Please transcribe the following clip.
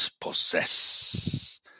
possess